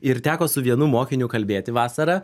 ir teko su vienu mokiniu kalbėti vasarą